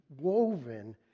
woven